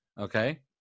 Okay